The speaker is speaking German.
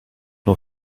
nur